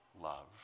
love